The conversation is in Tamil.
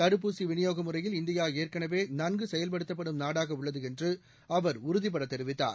தடுப்பூசி விநியோக முறையில் இந்தியா ஏற்கனவே நன்கு செயல்படுத்தப்படும் நாடாக உள்ளது என்று அவர் உறுதிபட தெரிவித்தார்